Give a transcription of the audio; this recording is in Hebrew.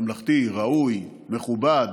ממלכתי, ראוי, מכובד,